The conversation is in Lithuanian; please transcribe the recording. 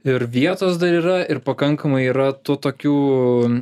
ir vietos dar yra ir pakankamai yra to tokių